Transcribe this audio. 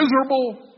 miserable